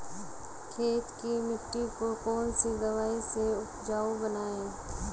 खेत की मिटी को कौन सी दवाई से उपजाऊ बनायें?